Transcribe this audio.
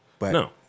No